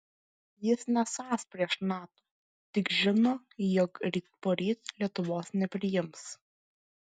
jis nesąs prieš nato tik žino jog ryt poryt lietuvos nepriims